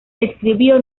escribió